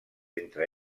entre